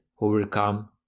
overcome